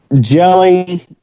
Jelly